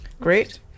great